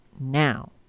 now